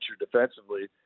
defensively